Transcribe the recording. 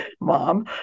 mom